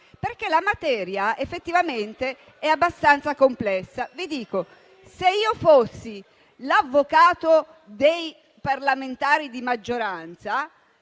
La materia effettivamente è abbastanza complessa. Vi dico che, se io fossi l'avvocato dei parlamentari di maggioranza,